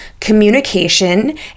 communication